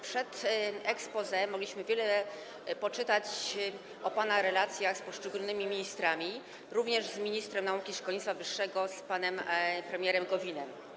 Przed exposé mogliśmy wiele poczytać o pana relacjach z poszczególnymi ministrami, również z ministrem nauki i szkolnictwa wyższego panem premierem Gowinem.